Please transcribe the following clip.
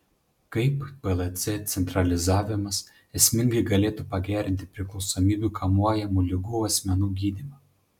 kaip plc centralizavimas esmingai galėtų pagerinti priklausomybių kamuojamų ligų asmenų gydymą